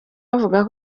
avuga